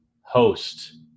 host